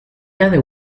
other